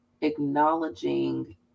acknowledging